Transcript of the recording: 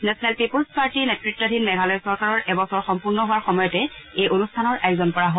national people's party নেতৃতাধীন মেঘালয় চৰকাৰৰ এবছৰ সম্পূৰ্ণ হোৱাৰ সময়তে এই অনুষ্ঠানৰ আয়োজন কৰা হয়